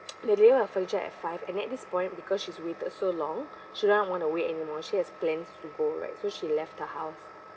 they deliver her furniture at five and then at this point because she's waited so long she doesn't want to wait anymore she has plans to go right so she left the house